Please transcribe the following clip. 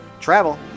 travel